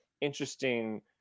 interesting